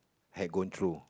had gone through